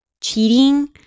cheating